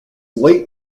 late